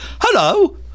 hello